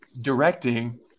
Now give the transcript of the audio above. directing